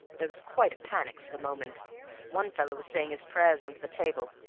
there was quite a panic for the moment one fellow was saying his prayers under the table,